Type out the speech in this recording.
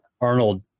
Arnold